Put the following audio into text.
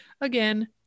Again